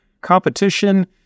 competition